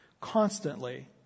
Constantly